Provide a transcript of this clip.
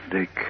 Dick